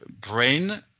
brain